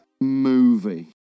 movie